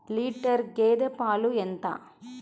Litre గేదె పాలు ఎంత?